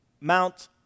Mount